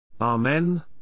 Amen